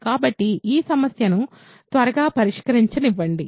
కాబట్టి ఈ సమస్య ను త్వరగా పరిష్కరించనివ్వండి